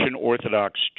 Orthodox